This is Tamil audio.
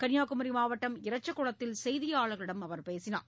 கன்னியாகுமரி மாவட்டம் இறச்சகுளத்தில் செய்தியாளர்களிடம் அவர் பேசினார்